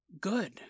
good